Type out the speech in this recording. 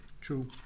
True